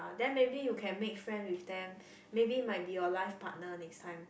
and then maybe you can make friend with them maybe might be your life partner next time